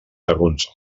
segons